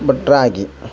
but ragi